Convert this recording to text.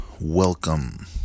welcome